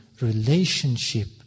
relationship